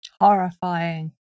Horrifying